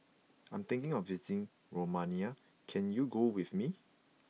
I am thinking of visiting Romania can you go with me